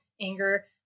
anger